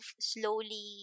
slowly